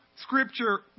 Scripture